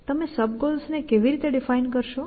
તમે સબ ગોલને કેવી રીતે ડિફાઈન કરશો